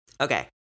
Okay